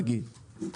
נניח,